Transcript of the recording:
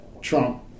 Trump